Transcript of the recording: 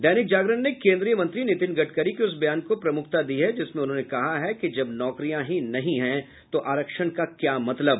दैनिक जागरण ने केन्द्रीय मंत्री नितिन गडकरी के उस बयान को प्रमुखता दी है जिसमें उन्होंने कहा है कि जब नौकरियां ही नही तो आरक्षण का क्या मतलब